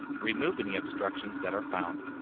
remove any obstructions that are found.